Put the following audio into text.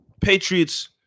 Patriots